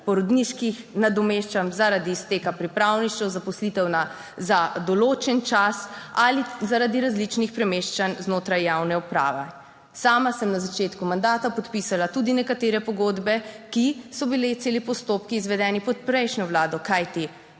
porodniških nadomeščanj, zaradi izteka pripravništev, zaposlitev za določen čas ali zaradi različnih premeščanj znotraj javne uprave. Sama sem na začetku mandata podpisala tudi nekatere pogodbe, ki so bili celi postopki izvedeni pod prejšnjo Vlado. Kajti